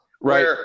Right